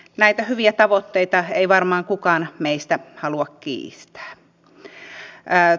näitä hyviä tavoitteita ei varmaan kukaan meistä halua kiistää